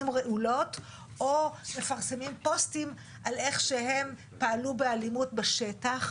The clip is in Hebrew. רעולות או מפרסמים פוסטים על איך שהם פעלו באלימות בשטח,